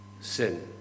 sin